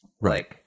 Right